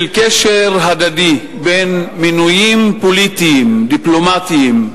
של קשר הדדי בין מינויים פוליטיים, דיפלומטיים,